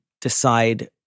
decide